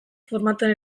formatuan